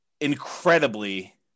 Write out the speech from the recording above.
incredibly